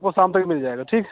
वो शाम तक मिल जाएगा ठीक